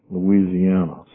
Louisiana